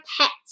pets